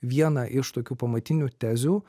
vieną iš tokių pamatinių tezių